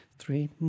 three